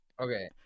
okay